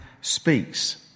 speaks